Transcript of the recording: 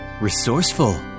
resourceful